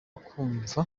kumva